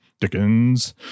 Dickens